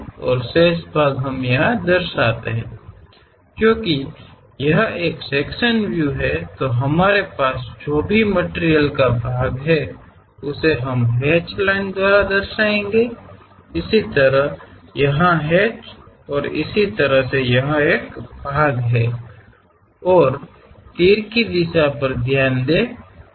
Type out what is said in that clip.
ಆದ್ದರಿಂದ ಈ ಭಾಗವು ಹೊರಬರುತ್ತದೆ ಮತ್ತು ಉಳಿದ ಭಾಗವನ್ನು ನಾವು ಪ್ರತಿನಿಧಿಸುತ್ತೇವೆ ಏಕೆಂದರೆ ಇದು ವಿಭಾಗೀಯ ದೃಷ್ಟಿಕೋನವಾಗಿದೆ ಅಂತೆಯೇ ಈ ವಸ್ತು ಭಾಗವನ್ನು ನಾವು ಯಾವಾಗಲೂ ಹ್ಯಾಚ್ ರೇಖೆಗಳಿಂದ ಪ್ರತಿನಿಧಿಸುತ್ತೇವೆ